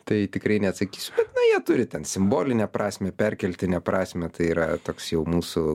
tai tikrai neatsakysiu bet na jie turi ten simbolinę prasmę perkeltinę prasmę tai yra toks jau mūsų